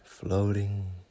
Floating